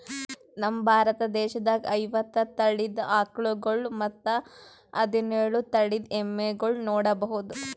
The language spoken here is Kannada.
ನಮ್ ಭಾರತ ದೇಶದಾಗ್ ಐವತ್ತ್ ತಳಿದ್ ಆಕಳ್ಗೊಳ್ ಮತ್ತ್ ಹದಿನೋಳ್ ತಳಿದ್ ಎಮ್ಮಿಗೊಳ್ ನೋಡಬಹುದ್